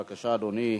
בבקשה, אדוני.